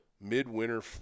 mid-winter